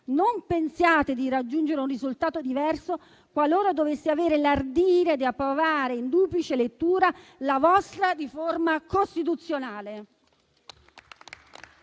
Non pensiate di raggiungere un risultato diverso qualora doveste avere l'ardire di approvare in duplice lettura la vostra riforma costituzionale.